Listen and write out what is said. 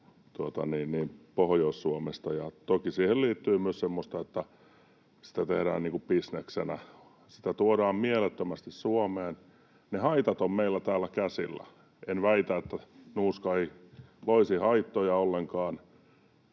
Pohjois-Suomesta. Ja toki siihen liittyy myös semmoista, että sitä tehdään bisneksenä, sitä tuodaan mielettömästi Suomeen. Ne haitat ovat meillä täällä käsillä. En väitä, että nuuska ei toisi haittoja ollenkaan,